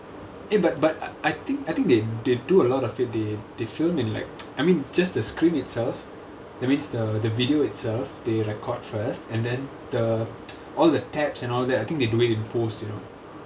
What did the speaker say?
eh but but I think I think they they do a lot of it they they film in like I mean just the screen itself that means the the video itself they record first and then the all the tabs and all that I think they do it in post you know